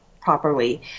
properly